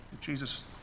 Jesus